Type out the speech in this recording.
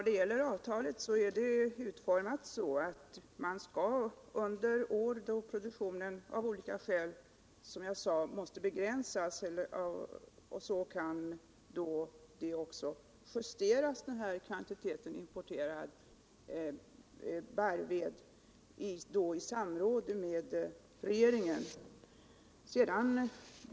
Herr talman! Avtalet är utformat så, att man under år då produktionen av olika skäl, som jag sade, måste begränsas kan justera kvantiteten importerad barrved i samråd med regeringen.